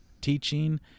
teaching